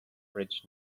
bridge